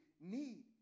need